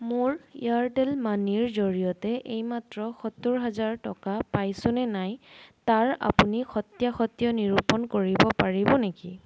মোৰ এয়াৰটেল মানিৰ জৰিয়তে এই মাত্ৰ সত্তৰ হাজাৰ টকা পাইছো নে নাই তাৰ আপুনি সত্যাসত্য নিৰূপণ কৰিব পাৰিব নেকি